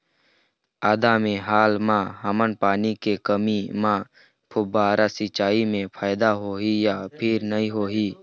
आदा मे हाल मा हमन पानी के कमी म फुब्बारा सिचाई मे फायदा होही या फिर नई होही?